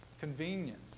convenience